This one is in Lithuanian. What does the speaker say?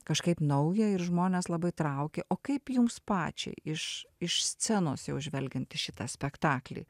kažkaip nauja ir žmones labai traukė o kaip jums pačiai iš iš scenos jau žvelgiant į šitą spektaklį